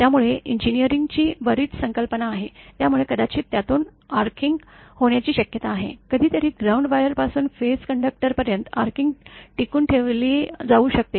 त्यामुळे इंजिनीअरिंगची बरीच संकल्पना आहे त्यामुळे कदाचित त्यातून आर्किंग होण्याची शक्यता आहे कधीतरी ग्राउंड वायरपासून फेज कंडक्टरपर्यंत आर्किंग टिकवून ठेवले जाऊ शकते